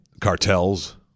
cartels